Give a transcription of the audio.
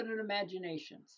imaginations